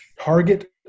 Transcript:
Target